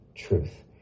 truth